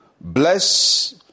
Bless